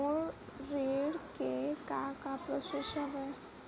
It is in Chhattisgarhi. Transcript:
मोर ऋण के का का प्रोसेस हवय?